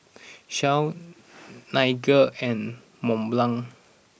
Shell Nightingale and Mont Blanc